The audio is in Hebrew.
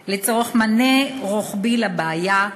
הקיימים יוצא מבתי-החולים בגלל סכנת